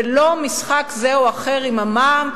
ולא משחק זה או אחר עם המע"מ.